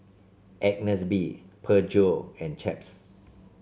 Agnes B Peugeot and Chaps